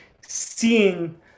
seeing